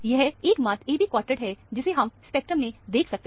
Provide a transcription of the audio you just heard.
यह एकमात्र AB quartet है जिसे हम स्पेक्ट्रम में देख सकते हैं